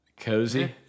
Cozy